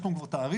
יש לנו כבר תעריף.